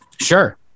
Sure